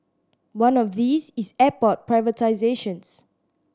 one of these is airport privatisations